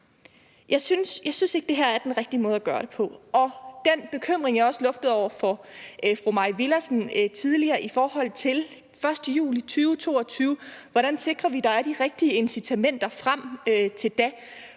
Jeg synes ikke, det her er den rigtige måde at gøre det på, og jeg luftede også den bekymring over for fru Mai Villadsen tidligere i forhold til 1. juli 2022, altså hvordan vi sikrer, at der er de rigtige incitamenter frem til da.